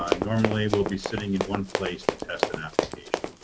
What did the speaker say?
um normally we'll be sitting in one place to test an application.